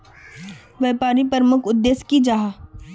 व्यापारी प्रमुख उद्देश्य की जाहा?